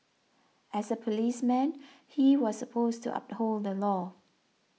as a policeman he was supposed to uphold the law